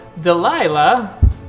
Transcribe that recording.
Delilah